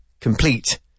complete